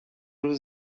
روز